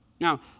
Now